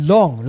Long